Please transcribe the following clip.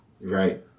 right